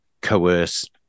coerce